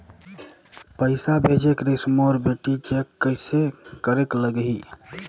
पइसा भेजेक रहिस मोर बेटी जग कइसे करेके लगही?